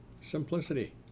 Simplicity